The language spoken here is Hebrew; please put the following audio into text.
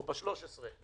ב-13.